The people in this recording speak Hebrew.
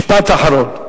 משפט אחרון.